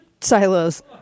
silos